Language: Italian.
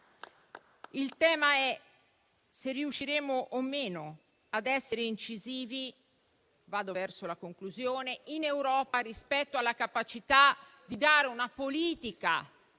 allora, è se riusciremo o no ad essere incisivi in Europa rispetto alla capacità di attuare una politica